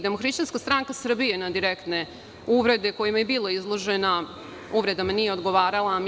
Demohrišćanska stranka Srbije na direktne uvrede kojima je bila izložena nije odgovarala uvredama.